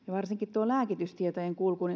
varsinkin lääkitystietojen kulku